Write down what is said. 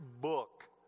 book